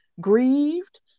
grieved